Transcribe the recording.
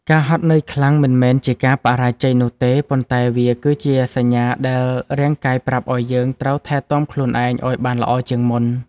ការហត់នឿយខ្លាំង មិនមែនជាការបរាជ័យនោះទេ ប៉ុន្តែវាគឺជាសញ្ញាដែលរាងកាយប្រាប់ឱ្យយើងត្រូវថែទាំខ្លួនឯងឱ្យបានល្អជាងមុន។